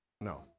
No